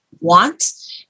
want